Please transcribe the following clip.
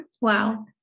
Wow